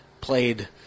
played